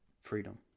freedom